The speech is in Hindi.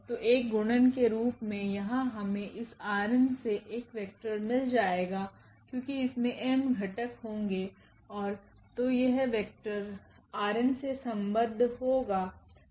तो एक गुणन के रूप में यहाँ हमे इस Rn से एक वेक्टर मिल जाएगाक्योंकि इसमे m घटक होगे और तो यह वेक्टर Rn से संबद्ध होगा